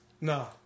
No